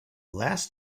last